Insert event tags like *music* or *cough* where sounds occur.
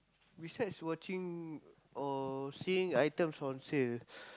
besides watching or seeing items on sale *breath*